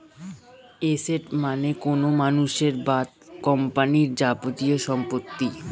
asset মানে কোনো মানুষ বা কোম্পানির যাবতীয় সম্পত্তি